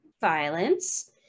Violence